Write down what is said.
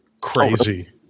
Crazy